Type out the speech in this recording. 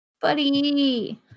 Buddy